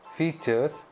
features